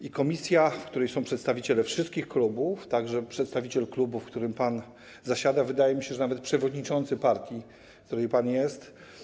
To komisja, w której są przedstawiciele wszystkich klubów, także przedstawiciel klubu, w którym pan zasiada; wydaje mi się, że nawet przewodniczący partii, w której pan jest.